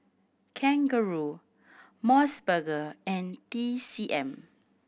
kangaroo Mos Burger and T C M